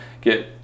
get